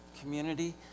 community